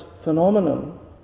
phenomenon